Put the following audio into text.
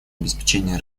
обеспечение